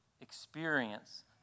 experience